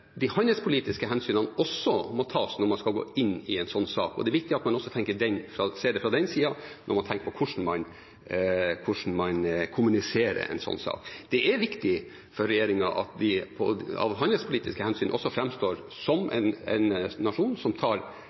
også må tas handelspolitiske hensyn når man skal gå inn i en sånn sak; det er viktig at man ser det også fra den siden når man tenker på hvordan man kommuniserer. Det er viktig for regjeringen at vi av handelspolitiske hensyn framstår som en nasjon som tar